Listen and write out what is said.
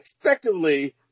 effectively